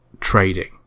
trading